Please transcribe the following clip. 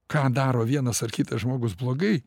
ką daro vienas ar kitas žmogus blogai